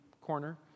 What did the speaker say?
corner